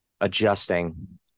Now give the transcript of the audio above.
adjusting